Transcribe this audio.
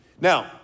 Now